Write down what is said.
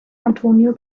antonio